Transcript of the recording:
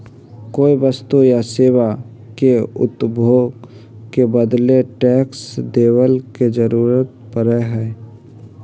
कोई वस्तु या सेवा के उपभोग के बदले टैक्स देवे के जरुरत पड़ा हई